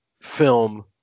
film